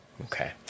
Okay